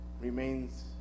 remains